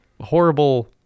horrible